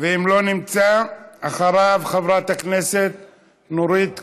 ואם הוא לא נמצא, אחריו חברת הכנסת נורית קורן,